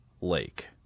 lake